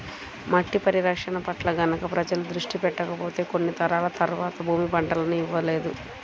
మట్టి పరిరక్షణ పట్ల గనక ప్రజలు దృష్టి పెట్టకపోతే కొన్ని తరాల తర్వాత భూమి పంటలను ఇవ్వలేదు